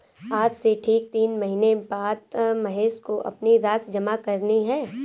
आज से ठीक तीन महीने बाद महेश को अपनी राशि जमा करनी है